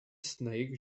snake